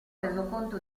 resoconto